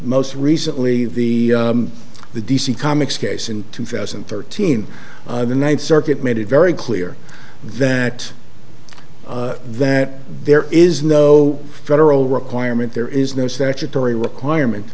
most recently the the d c comics case in two thousand and thirteen the ninth circuit made it very clear that that there is no federal requirement there is no statutory requirement